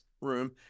room